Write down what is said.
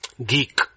Geek